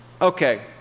Okay